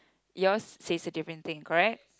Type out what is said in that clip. yours say a different thing correct